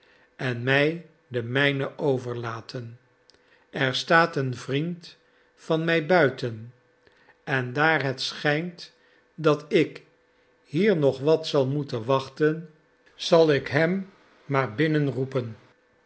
en mij de mijne overlaten er staat een vriend van mij buiten en daar het schijnt dat ik hier nog wat zal moeten wachten zal ik hem maar